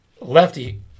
Lefty